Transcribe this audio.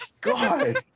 God